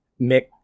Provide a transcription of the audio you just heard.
Mick